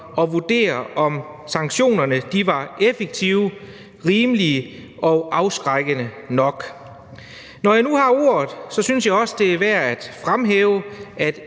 at vurdere, om sanktionerne var effektive, rimelige og afskrækkende nok. Når jeg nu har ordet, synes jeg også, det er værd at fremhæve,